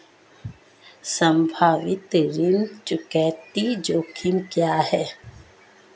संभावित ऋण चुकौती जोखिम क्या हैं?